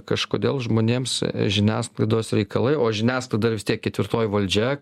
kažkodėl žmonėms žiniasklaidos reikalai o žiniasklaida vis tiek ketvirtoji valdžia